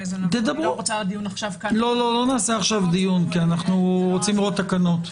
לא נעשה עכשיו דיון כי אנו רוצים לראות תקנות.